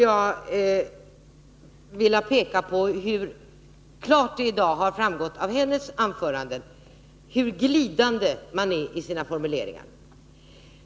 Jag vill då peka på hur klart det av hennes anförande i dag har framgått hur glidande vpk är i sina formuleringar.